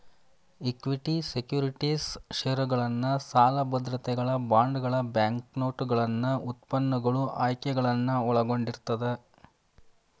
equity securities ಷೇರುಗಳನ್ನ ಸಾಲ ಭದ್ರತೆಗಳ ಬಾಂಡ್ಗಳ ಬ್ಯಾಂಕ್ನೋಟುಗಳನ್ನ ಉತ್ಪನ್ನಗಳು ಆಯ್ಕೆಗಳನ್ನ ಒಳಗೊಂಡಿರ್ತದ